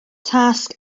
tasg